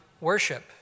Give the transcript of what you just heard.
worship